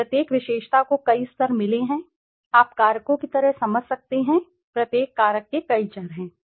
प्रत्येक विशेषता को कई स्तर मिले हैं आप कारकों की तरह समझ सकते हैं प्रत्येक कारक के कई चर हैं